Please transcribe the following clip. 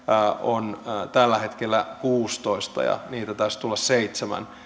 on tällä hetkellä kuusitoista ja niitä taisi tulla seitsemän